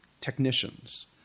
technicians